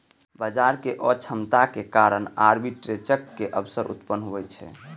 बाजारक अक्षमताक कारण आर्बिट्रेजक अवसर उत्पन्न होइ छै